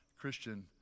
Christian